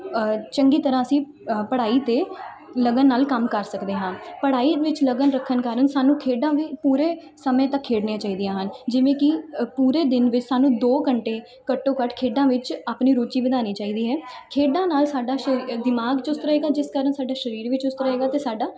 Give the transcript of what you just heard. ਚੰਗੀ ਤਰ੍ਹਾਂ ਅਸੀਂ ਪੜ੍ਹਾਈ ਅਤੇ ਲਗਨ ਨਾਲ ਕੰਮ ਕਰ ਸਕਦੇ ਹਾਂ ਪੜ੍ਹਾਈ ਵਿੱਚ ਲਗਨ ਰੱਖਣ ਕਾਰਨ ਸਾਨੂੰ ਖੇਡਾਂ ਵੀ ਪੂਰੇ ਸਮੇਂ ਤਾਂ ਖੇਡਣੀਆਂ ਚਾਹੀਦੀਆਂ ਹਨ ਜਿਵੇਂ ਕਿ ਪੂਰੇ ਦਿਨ ਵਿੱਚ ਸਾਨੂੰ ਦੋ ਘੰਟੇ ਘੱਟੋ ਘੱਟ ਖੇਡਾਂ ਵਿੱਚ ਆਪਣੀ ਰੁਚੀ ਬਣਾਉਣੀ ਚਾਹੀਦੀ ਹੈ ਖੇਡਾਂ ਨਾਲ ਸਾਡਾ ਸ਼ਰੀ ਦਿਮਾਗ ਚੁਸਤ ਰਹੇਗਾ ਜਿਸ ਕਾਰਨ ਸਾਡਾ ਸਰੀਰ ਵੀ ਚੁਸਤ ਰਹੇਗਾ ਅਤੇ ਸਾਡਾ